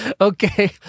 Okay